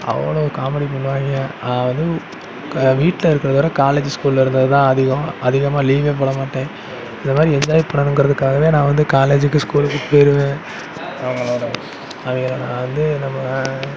அவ்வளோ காமெடி பண்ணுவாங்க நான் வந்து வீட்லருக்கறதோடு காலேஜ் ஸ்கூல்லிருந்ததுதான் அதிகம் அதிகமாக லீவே போட மாட்டேன் இந்தமாதிரி என்ஜாய் பண்ணணுங்கிறதுக்காகவே நான் வந்து காலேஜுக்கு ஸ்கூலுக்கு போயிடுவேன் அவங்கள நான் வந்து நம்ம